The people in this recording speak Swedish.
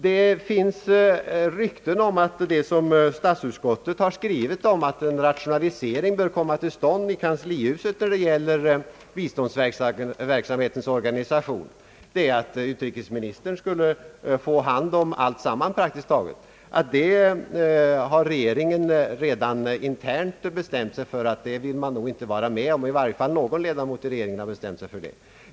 Det finns rykten om att vad statsutskottet har skrivit om att en rationalisering bör komma till stånd i kanslihuset när det gäller biståndsverksamhetens organisation — att utrikesministern skulle få hand om praktiskt taget alltsammans — har regeringen eller i varje fall någon ledamot av regeringen internt bestämt sig för att man inte ville vara med om.